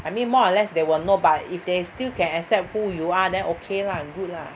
I mean more or less they will know but if they still can accept who you are then okay lah good lah